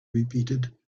repeated